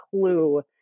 clue